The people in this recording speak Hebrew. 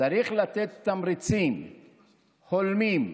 צריך לתת תמריצים הולמים,